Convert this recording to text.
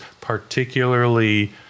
particularly